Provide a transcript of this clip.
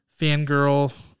fangirl